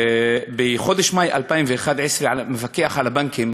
בחודש מאי 2011 המפקח על הבנקים